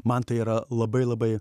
man tai yra labai labai